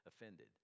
offended